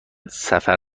سفر